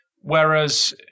whereas